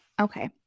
Okay